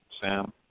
Sam